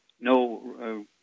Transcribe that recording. No